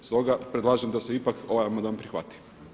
Stoga predlažem da se ipak ovaj amandman prihvati.